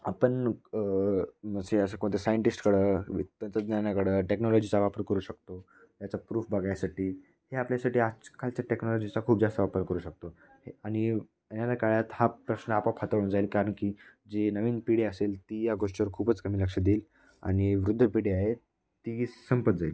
आपण म्हणजे असं कोणत्या सायंटिस्टकडं व तंत्रज्ञानाकडं टेक्नॉलॉजीचा वापर करू शकतो याचा प्रूफ बघण्यासाठी हे आपल्यासाठी आजकालच्या टेक्नॉलॉजीचा खूप जास्त वापर करू शकतो हे आणि ये येणार्या काळात हा प्रश्न आपोआप टाळून जाईल कारण की जी नवीन पिढी असेल ती या गोष्टीवर खूपच कमी लक्ष देईल आणि वृद्धपिढी आहे ती संपत जाईल